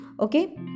Okay